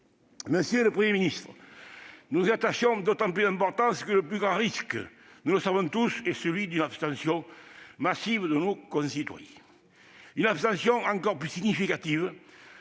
Monsieur le Premier ministre, nous y attachons d'autant plus d'importance que le plus grand risque, nous le savons tous, est celui d'une abstention massive de nos concitoyens. Cette abstention serait encore plus significative